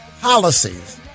policies